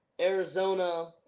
Arizona